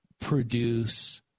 produce